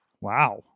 Wow